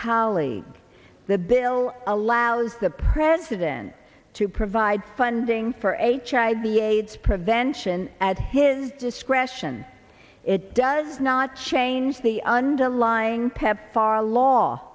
colleague the bill allows the president to provide funding for h i b aids prevention at his discretion it does not change the underlying pepfar law